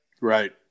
Right